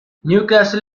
newcastle